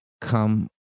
come